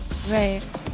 Right